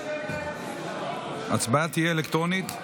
ההצבעה תהיה אלקטרונית.